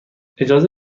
اجازه